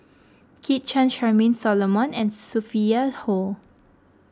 Kit Chan Charmaine Solomon and Sophia Hull